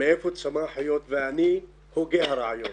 מאיפה זה צמח, היות שאני הוגה הרעיון